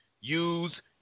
use